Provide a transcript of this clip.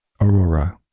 Aurora